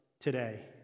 today